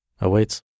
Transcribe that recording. awaits